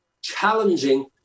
challenging